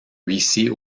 huissier